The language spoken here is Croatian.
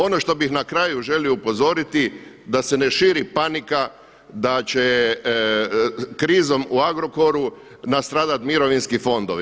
Ono što bih na kraju želio upozoriti da se ne širi panika da će krizom u Agrokoru nastradati mirovinski fondovi.